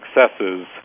successes